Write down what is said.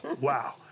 Wow